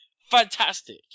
Fantastic